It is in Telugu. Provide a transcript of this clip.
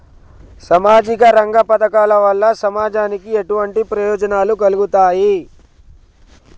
సామాజిక రంగ పథకాల వల్ల సమాజానికి ఎటువంటి ప్రయోజనాలు కలుగుతాయి?